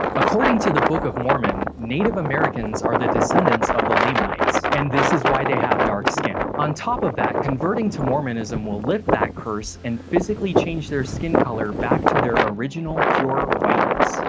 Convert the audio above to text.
according to the book of mormon, native americans are the descendants of the lamanites. and this is why they have dark skin. on top of that, converting to mormonism will lift that curse and physically change their skin color back to their original, pure whiteness.